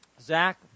Zach